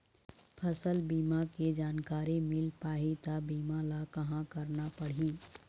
फसल बीमा के जानकारी मिल पाही ता बीमा ला कहां करना पढ़ी?